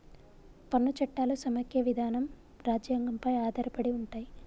పన్ను చట్టాలు సమైక్య విధానం రాజ్యాంగం పై ఆధారపడి ఉంటయ్